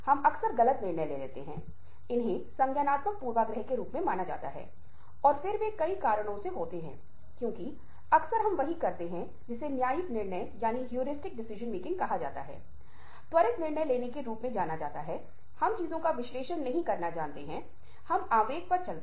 फिर उनके साथ भी वह संवाद करने के लिए अपनी तरफ से पूरी कोशिश करता है और कहता है कि क्या आप जानते हैं कि मेरे बेटे की एक हफ्ते पहले मौत हो गई थी और यहां तक कि वह इसके बारे में बोलने की कोशिश करता रहता है पर वे उसे नहीं सुनते